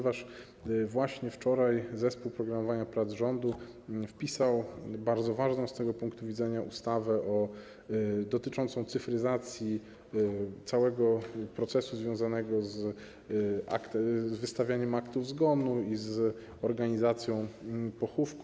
Wczoraj zespół programowania prac rządu wpisał bardzo ważną z tego punktu widzenia ustawę dotyczącą cyfryzacji całego procesu związanego z wystawianiem aktów zgonu i z organizacją pochówku.